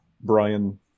Brian